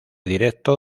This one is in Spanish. directo